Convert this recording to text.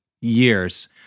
years